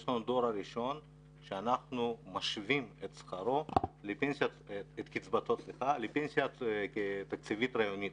יש לנו את הדור הראשון שאנחנו משווים את קצבתו לפנסיה תקציבית רעיונית,